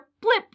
Blip